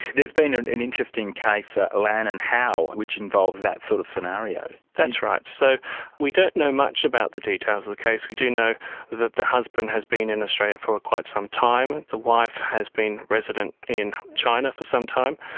there's been an interesting case, lan and hao, which involves that sort of scenario. that's right. so we don't know much about the details of the case. we do know that the husband has been in australia for quite some time. the wife has been resident in china for some time.